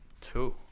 two